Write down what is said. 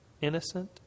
innocent